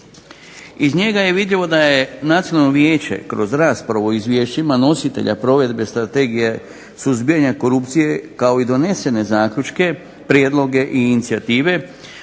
Iz njega je vidljivo da je Nacionalno vijeće kroz raspravu o izvješćima nositelja provedbe Strategije suzbijanja korupcije kao i donesene zaključke, prijedloge i inicijative